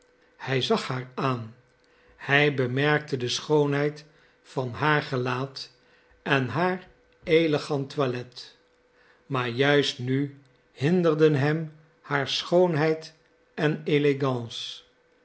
hij zag haar aan hij bemerkte de schoonheid van haar gelaat en haar elegant toilet maar juist nu hinderden hem haar schoonheid en